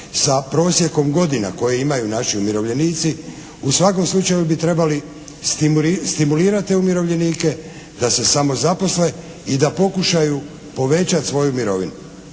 sa prosjekom godina koje imaju naši umirovljenici u svakom slučaju bi trebali stimulirati te umirovljenike da se samo zaposle i da pokušaju povećati svoju mirovinu.